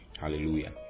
Hallelujah